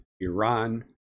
Iran